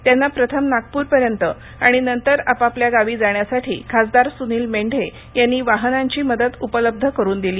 त्यांना प्रथम नागपूर पर्यंत आणि नंतर आपपल्या गावे जाण्यासाठी खासदार सुनील मेंढे यांनी वाहनांची मदत उपलब्ध करून दिली